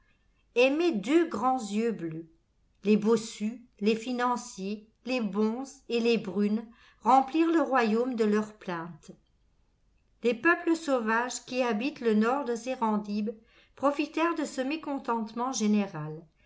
aimait deux grands yeux bleus les bossus les financiers les bonzes et les brunes remplirent le royaume de leurs plaintes les peuples sauvages qui habitent le nord de serendib profitèrent de ce mécontentement général